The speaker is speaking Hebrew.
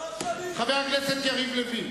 חברת הכנסת חוטובלי.